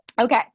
Okay